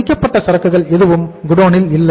முடிக்கப்பட்ட சரக்குகள் எதுவும் குடோனில் இல்லை